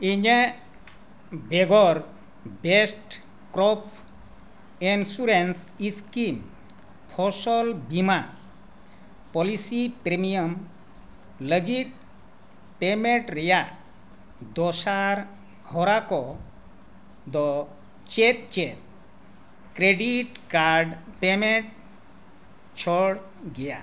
ᱤᱧᱟᱹᱜ ᱵᱮᱜᱚᱨ best crop insurance scheme ᱯᱷᱚᱥᱚᱞ ᱵᱤᱢᱟ ᱯᱚᱞᱚᱥᱤ ᱯᱨᱤᱢᱤᱭᱟᱢ ᱞᱟᱹᱜᱤᱫ ᱯᱮᱢᱮᱴ ᱨᱮᱭᱟᱜ ᱫᱚᱥᱟᱨ ᱦᱚᱨᱟ ᱠᱚᱫᱚ ᱪᱮᱫ ᱪᱮᱫ ᱠᱨᱮᱰᱤᱴ ᱠᱟᱨᱰ ᱯᱮᱢᱮᱱᱴ ᱪᱷᱚᱲ ᱜᱮᱭᱟ